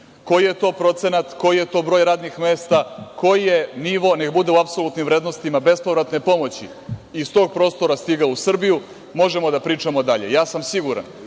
koji je to procenat, koji je to broj radnih mesta, koji je to nivo, neka bude u apsolutnim vrednostima bespovratne pomoći, iz tog prostora stigao u Srbiju, možemo da pričamo dalje. Siguran